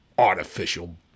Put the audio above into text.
Artificial